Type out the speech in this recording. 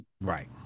Right